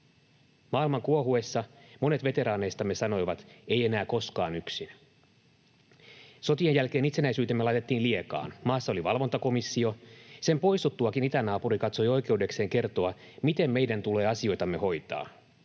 Maailman kuohuessa monet veteraaneistamme sanoivat: ”Ei enää koskaan yksin.” Sotien jälkeen itsenäisyytemme laitettiin liekaan. Maassa oli valvontakomissio. Sen poistuttuakin itänaapuri katsoi oikeudekseen kertoa, miten meidän tulee asioitamme hoitaa.